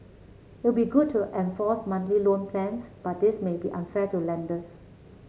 it would be good to enforce monthly loan plans but this may be unfair to lenders